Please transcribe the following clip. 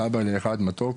סבא לאחד מתוק